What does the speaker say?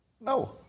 No